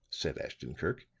said ashton-kirk,